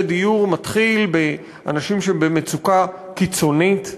דיור מתחיל באנשים שהם במצוקה קיצונית,